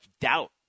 doubt